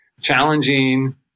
challenging